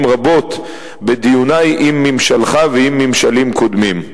רבות בדיוני עם ממשלך ועם ממשלים קודמים.